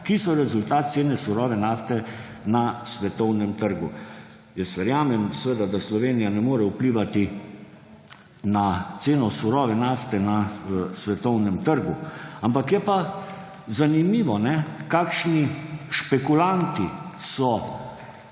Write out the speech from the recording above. ki so rezultat cene surove nafte na svetovnem trgu. Jaz verjamem, da Slovenija seveda ne more vplivati na ceno surove nafte na svetovnem trgu. Je pa zanimivo, kakšni špekulanti so